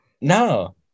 No